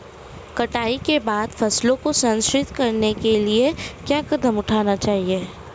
कटाई के बाद फसलों को संरक्षित करने के लिए क्या कदम उठाने चाहिए?